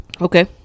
Okay